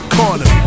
corner